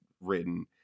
written